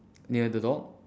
near the dog